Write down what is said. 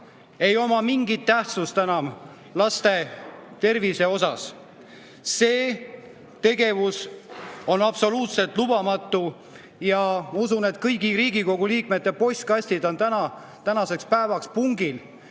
ei oma mingit tähtsust enam laste tervise üle otsustamisel. Selline tegevus on absoluutselt lubamatu. Ma usun, et kõigi Riigikogu liikmete postkastid on tänaseks päevaks pungil